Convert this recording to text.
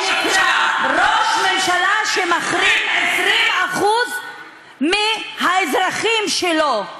מה זה נקרא, ראש ממשלה שמחרים 20% מהאזרחים שלו?